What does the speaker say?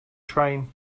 train